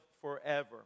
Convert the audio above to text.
forever